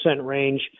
range